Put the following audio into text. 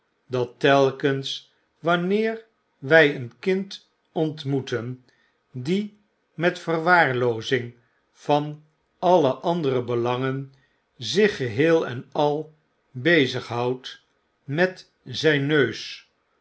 dat telkens wanneer wy een kind ontmoeten die met verwaarloozing van alle andere belangen zich geheel en al bezighoudt met zyn neus